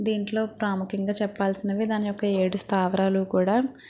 దీంట్లో ప్రాముఖ్యంగా చెప్పాల్సినవి దాని యొక్క ఏడు స్థావరాలు కూడా